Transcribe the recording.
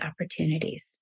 opportunities